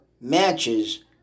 matches